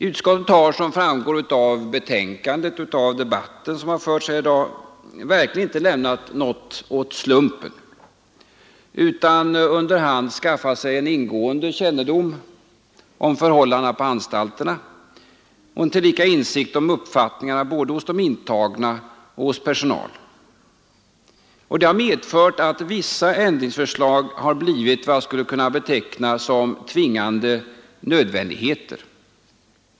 Utskottet har, som framgår av betänkandet och av den debatt som har förts i dag, verkligen inte lämnat någonting åt slumpen, utan under hand skaffat sig en ingående kännedom om förhållandena på anstalterna och tillika insikt om uppfattningarna både hos de intagna och hos personalen. Detta har medfört att vissa ändringsförslag har blivit vad jag skulle vilja beteckna som tvingande nödvändigheter.